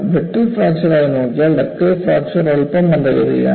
brittle fracture ആയി നോക്കിയാൽ ductile fracture അല്പം മന്ദഗതിയിലാണ്